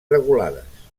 regulades